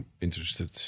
interested